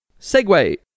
segue